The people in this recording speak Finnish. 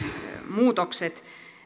muutokset